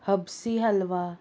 हबसी halwa